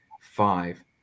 five